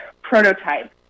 prototype